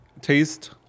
taste